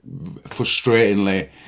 frustratingly